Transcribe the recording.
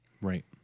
Right